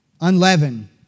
Unleavened